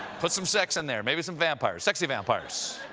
put some sex in there. maybe some vampires. sexy vampires.